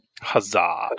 Huzzah